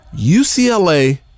UCLA